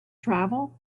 travel